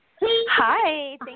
Hi